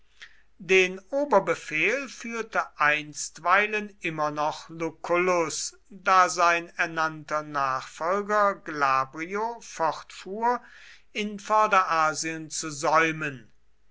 den oberbefehl führte einstweilen immer noch lucullus da sein ernannter nachfolger glabrio fortfuhr in vorderasien zu säumen